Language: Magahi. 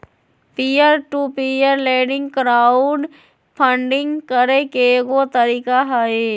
peer to peer lending crowd funding करे के एगो तरीका हई